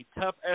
tough